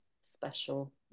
special